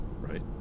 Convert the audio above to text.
right